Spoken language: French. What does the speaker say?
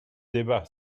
débat